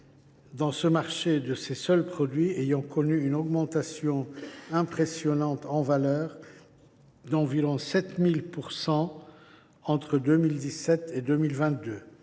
: la part de ces seuls produits a connu une augmentation impressionnante en valeur d’environ 7 000 % entre 2017 et 2022